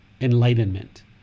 enlightenment